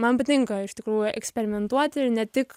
man patinka iš tikrųjų eksperimentuoti ne tik